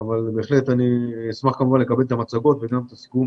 אבל אשמח כמובן לקבל את המצגות ואת הסיכום